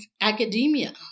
academia